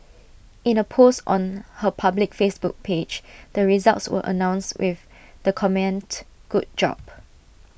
in A post on her public Facebook page the results were announced with the comment good job